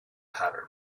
pattern